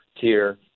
tier